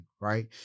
right